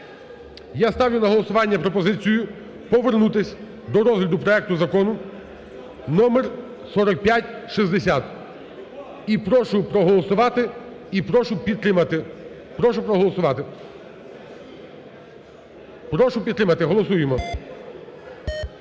Я ставлю на голосування пропозицію повернутись до розгляду проект Закону номер 4560 і прошу проголосувати і прошу підтримати. Прошу проголосувати, прошу підтримати. Голосуємо.